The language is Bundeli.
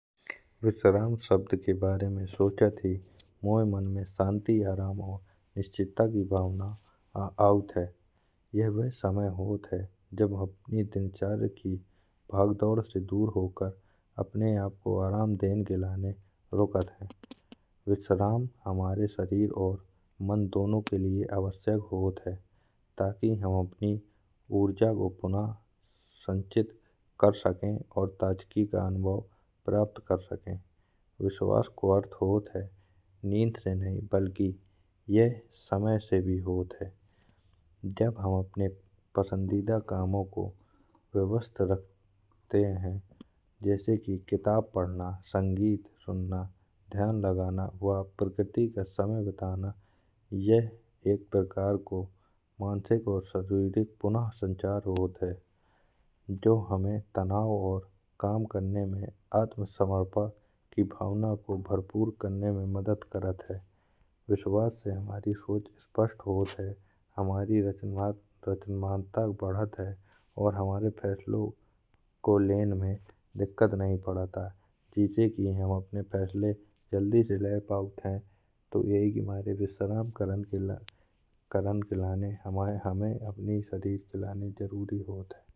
विश्राम शब्द के बारे में सोचत ही मोय मन में शांति आराम और निष्चिंता की भावना आउत है। यह वह समय होत है जब हम अपनी दिनचर्या की भागदौड़ से दूर होकर अपने आप को आराम देन के लिए रुकत है। विश्राम हमारे शरीर और मन दोनों के लिए आवश्यक होत है। ताकि हम अपनी ऊर्जा को पुनः संचित कर सके और ताजगी का अनुभव प्राप्त कर सके विश्वास को अर्थ होत है। निद्रा से नहीं बल्कि यह समय से भी होत है जब हम अपने पसंदीदा कामों को व्यवस्थित रखते हैं। जैसे ही किताब पढ़ना संगीत सुनना ध्यान लगाना वह प्रकृति का समय बिताना यह एक प्रकार को मानसिक और शारीरिक पुनः संचार होत है। जो हमें तनाव और काम करने में आत्मसमर्पण की भावना को भरपूर करने में मदद करता है। विश्वास से हमारी सोच स्पष्ट होत है हमारी रचनात्मक बढ़त है और हमारे फैसले को लेने में दिक्कत नहीं पड़त आए। जिसे कि हम अपने फैसले जल्दी से ले पाएँ तो यही कि मारे विश्राम करने के लिए हमें अपने शरीर के लिए जरूरी होत है।